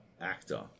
actor